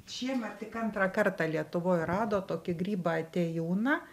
šiemet tik antrą kartą lietuvoj rado tokį grybą atėjūną